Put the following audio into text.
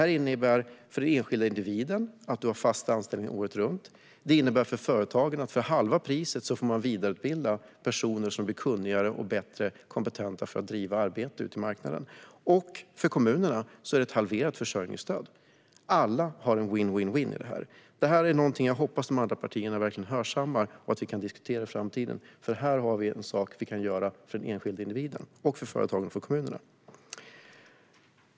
Det innebär för enskilda individer att de har fast anställning året runt. Det innebär för företagen att de för halva priset får personer vidareutbildade. De blir kunnigare och mer kompetenta att utföra arbeten ute på marknaden. Och för kommunerna innebär det ett halverat försörjningsstöd. Alla har en vinn-vinnsituation i fråga om detta. Detta är någonting som jag hoppas att de andra partierna verkligen hörsammar och att vi kan diskutera det i framtiden. Här har vi något som vi kan göra för den enskilda individen, för företagen och för kommunerna.